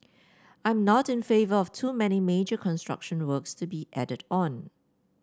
I'm not in favour of too many major construction works to be added on